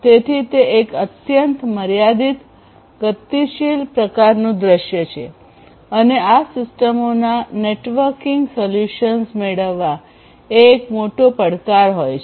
તેથી તે એક અત્યંત મર્યાદિત ગતિશીલ પ્રકારનું દૃશ્ય છે અને આ સિસ્ટમોમાં નેટવર્કિંગ સોલ્યુશન્સ મેળવવા એ એક મોટો પડકાર છે